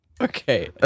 Okay